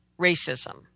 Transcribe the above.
racism